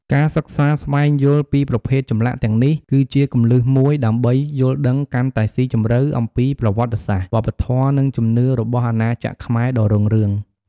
ការសិក្សាស្វែងយល់ពីប្រភេទចម្លាក់ទាំងនេះ គឺជាគន្លឹះមួយដើម្បីយល់ដឹងកាន់តែស៊ីជម្រៅអំពីប្រវត្តិសាស្ត្រ វប្បធម៌ និងជំនឿរបស់អាណាចក្រខ្មែរដ៏រុងរឿង។